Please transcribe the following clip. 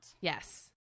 Yes